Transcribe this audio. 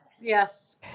Yes